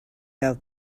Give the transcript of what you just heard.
out